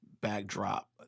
backdrop